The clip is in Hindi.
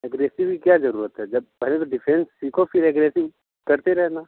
अग्रेसिव की क्या ज़रूरत है जब पहले तो डिफेंस सीखो फ़िर अग्रेसिव करते रहना